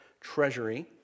treasury